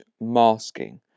masking